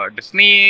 Disney